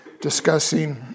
discussing